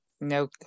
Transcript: no